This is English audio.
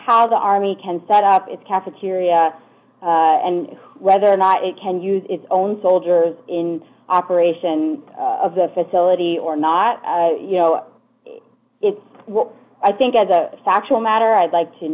how the army can set up its cafeteria and whether or not it can use its own soldiers in operation of the facility or not you know it's what i think as a factual matter i'd like to